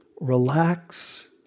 relax